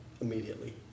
immediately